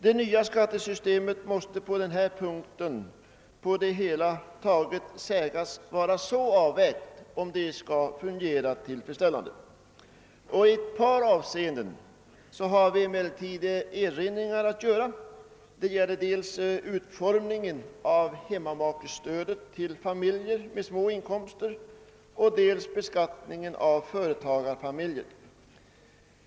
Det nya skattesystemet måste på denna punkt på det hela taget vara så avvägt för att kunna fungera tillfredsställande. I ett par avseenden har vi emellertid erinringar att göra mot förslagen i propositionen. Det gäller dels utformningen av hemmamakestödet till familjer med små inkomster, dels beskattningen av företagarfamiljer.